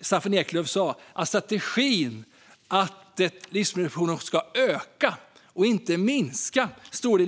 Staffan Eklöf sa, i livsmedelsstrategin att livsmedelsproduktionen ska öka, inte minska.